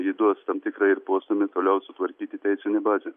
ji duos tam tikrą ir postūmį toliau sutvarkyti teisinę bazę